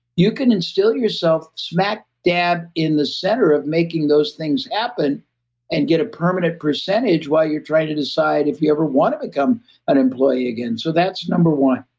you can instill yourself smack-dab in the center of making those things happen and get a permanent percentage while you're trying to decide if you ever want to become an employee again. so, that's number one.